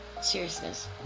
seriousness